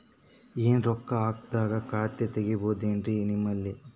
ಏನು ರೊಕ್ಕ ಹಾಕದ್ಹಂಗ ಖಾತೆ ತೆಗೇಬಹುದೇನ್ರಿ ನಿಮ್ಮಲ್ಲಿ?